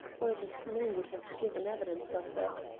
or the snow would have given evidence of it.